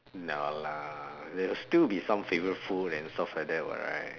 no lah there will still be some favorite food and stuff like that what right